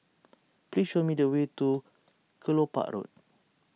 please show me the way to Kelopak Road